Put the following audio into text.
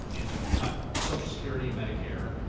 and to cut social security and medicare,